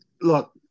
Look